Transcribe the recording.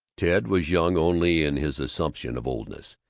ted was young only in his assumption of oldness,